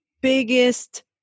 biggest